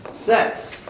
Sex